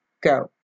Go